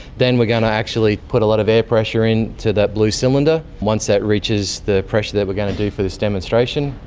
then we're going to actually put a lot of air pressure and into that blue cylinder, once that reaches the pressure that we're going to do for this demonstration,